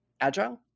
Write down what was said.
agile